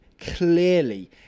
clearly